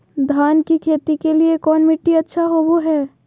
धान की खेती के लिए कौन मिट्टी अच्छा होबो है?